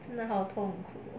真的好痛苦